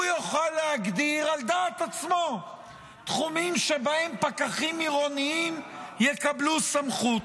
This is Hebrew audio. הוא יוכל להגדיר על דעת עצמו תחומים שבהם פקחים עירוניים יקבלו סמכות.